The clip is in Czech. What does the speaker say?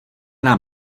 nám